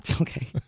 Okay